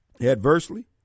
adversely